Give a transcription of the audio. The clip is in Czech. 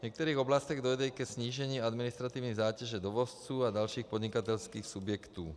V některých oblastech dojde i ke snížení administrativní zátěže dovozců a dalších podnikatelských subjektů.